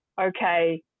okay